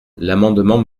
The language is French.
l’amendement